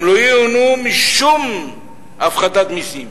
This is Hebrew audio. הם לא ייהנו משום הפחתת מסים